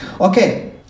okay